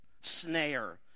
snare